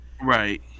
Right